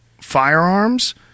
firearms